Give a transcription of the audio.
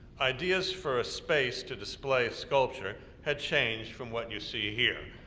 ideas for a space to display a sculpture had changed from what you see here,